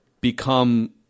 become